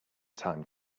time